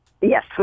Yes